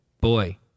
Boy